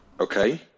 okay